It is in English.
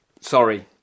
sorry